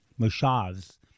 Moshav's